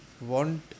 want